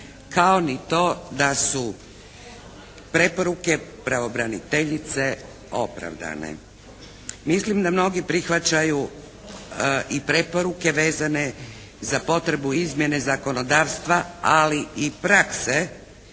kao ni to da su preporuke pravobraniteljice opravdane. Mislim da mnogi prihvaćaju i preporuke vezane za potrebu izmjene zakonodavstva ali i prakse